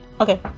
Okay